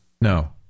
no